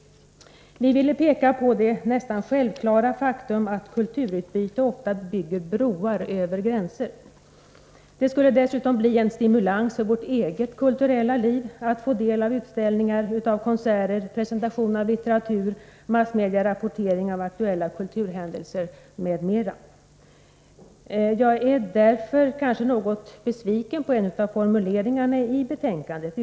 Vi ville peka på det nästan självklara faktum att kulturutbyte ofta bygger broar över gränser. Det skulle dessutom bli en stimulans för vårt eget kulturella liv att få del av utställningar, konserter, presentationer av litteratur, massmedierapportering av aktuella kulturhändelser m.m. Jag är därför kanske något besviken på en av formuleringarna i betänkandet.